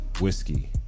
whiskey